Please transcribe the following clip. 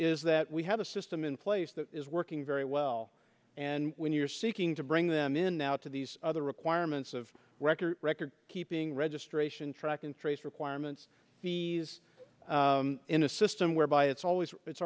is that we have a system in place that is working very well and when you're seeking to bring them in now to these other requirements of record record keeping registration track and trace requirements he's in a system whereby it's always it's